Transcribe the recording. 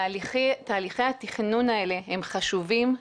תהליכי התכנון האלה הם חשובים,